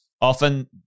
Often